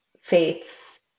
faiths